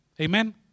Amen